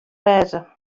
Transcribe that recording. wêze